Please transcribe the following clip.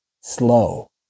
slow